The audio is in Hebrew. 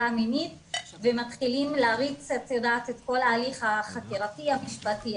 מינית ומתחילים להריץ את כל ההליך החקירתי המשפטי,